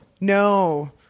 No